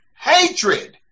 hatred